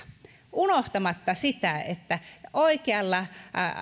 unohtamatta sitä että oikealla